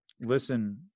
Listen